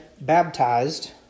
baptized